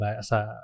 sa